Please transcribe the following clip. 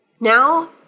Now